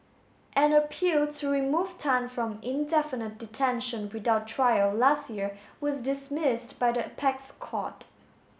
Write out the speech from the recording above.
an appeal to remove Tan from indefinite detention without trial last year was dismissed by the apex court